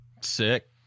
Sick